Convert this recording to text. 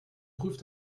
prüft